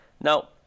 Now